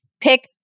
pick